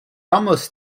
almost